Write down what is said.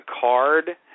card